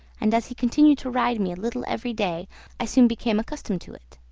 and as he continued to ride me a little every day i soon became accustomed to it.